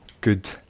Good